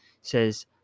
says